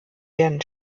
werden